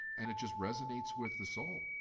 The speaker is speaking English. and it just resonates with the soul.